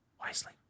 wisely